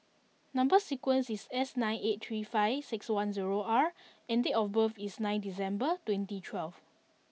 number sequence is S nine eight three five six one zero R and date of birth is nine December twenty twelve